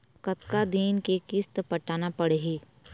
कतका दिन के किस्त पटाना पड़ही?